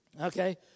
okay